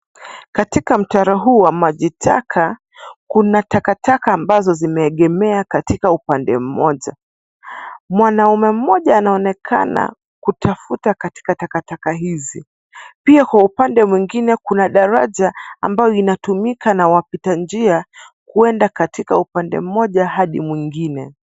Katika mtaro huu wa maji taka kuna takataka ambazo zimeegemea katika upande mmoja. Mwanaume mmoja anaonekana kutafuta katika takataka hizi. Pia kwa upande mwingine kuna daraja inayotumika na wapita njia kuenda katika upande mmoja hadi mwingine.